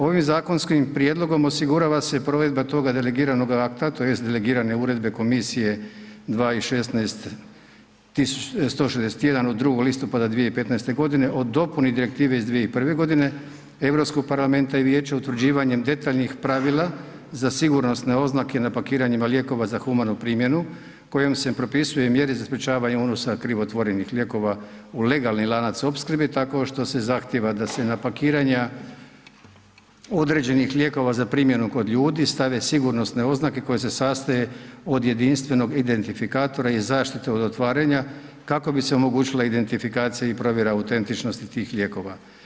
Ovim zakonskim prijedlogom osigurava se provedba toga delegiranoga akta tj. delegirane uredbe komisije 2016/161 od 2. listopada 2015.g. o dopuni direktive iz 2001.g. Europskog parlamenta i vijeća utvrđivanjem detaljnih pravila za sigurnosne oznake na pakiranjima lijekova za humanu primjenu kojom se propisuju mjere za sprječavanje unosa krivotvorenih lijekova u legalni lanac opskrbe tako što se zahtijeva da se na pakiranja određenih lijekova za primjenu kod ljudi stave sigurnosne oznake koje se sastoje od jedinstvenog identifikatora i zaštite od otvaranja kako bi se omogućila identifikacija i provjera autentičnosti tih lijekova.